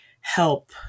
help